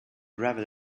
gravel